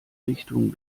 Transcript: richtungen